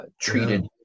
treated